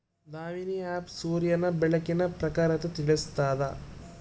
Damini app ಸೂರ್ಯನ ಬೆಳಕಿನ ಪ್ರಖರತೆ ತಿಳಿಸ್ತಾದ